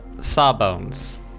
Sawbones